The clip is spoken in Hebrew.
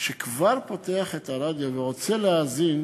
שכבר פותח את הרדיו ורוצה להאזין,